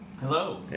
Hello